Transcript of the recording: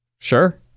Sure